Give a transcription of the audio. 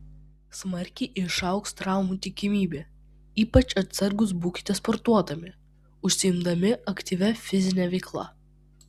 smarkiai išaugs traumų tikimybė ypač atsargūs būkite sportuodami užsiimdami aktyvia fizine veikla